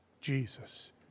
Jesus